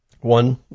one